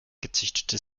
gezüchtete